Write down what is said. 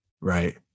right